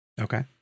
Okay